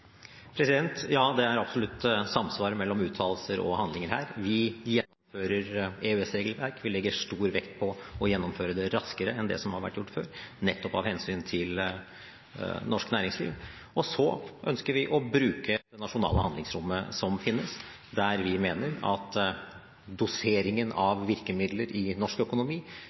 handlinger her. Vi gjennomfører EØS-regelverk, vi legger stor vekt på å gjennomføre det raskere enn det som har vært gjort før, nettopp av hensyn til norsk næringsliv. Og så ønsker vi å bruke det nasjonale handlingsrommet som finnes, der vi mener at doseringen